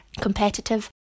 competitive